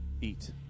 eat